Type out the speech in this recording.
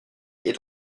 est